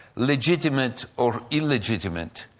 legitimate or illegitimate,